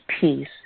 peace